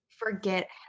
forget